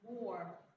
more